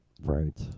Right